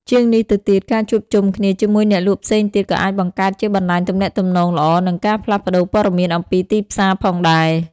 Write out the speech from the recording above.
ជាងនេះទៅទៀត ការជួបជុំគ្នាជាមួយអ្នកលក់ផ្សេងទៀតក៏អាចបង្កើតជាបណ្តាញទំនាក់ទំនងល្អ និងការផ្លាស់ប្តូរព័ត៌មានអំពីទីផ្សារផងដែរ។